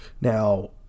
Now